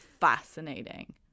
fascinating